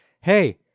Hey